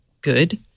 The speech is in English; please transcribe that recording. good